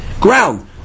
ground